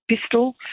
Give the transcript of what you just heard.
pistol